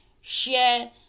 share